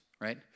right